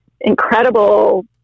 incredible